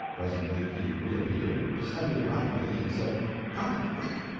presently he reappeared, descended rapidly, and said come quick!